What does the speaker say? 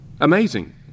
Amazing